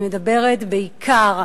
אני מדברת בעיקר,